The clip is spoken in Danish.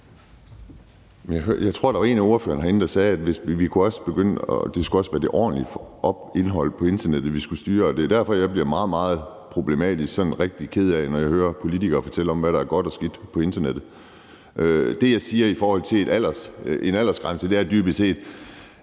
Jeg tror, der var en af ordførerne herinde, der sagde, at det også skulle være det ordentlige indhold på internettet, vi skulle styre, og det er derfor, jeg sådan bliver rigtig ked af det, når jeg hører politikere fortælle om, hvad der er godt og skidt på internettet. Det, jeg siger i forhold til en aldersgrænse, er dybest set,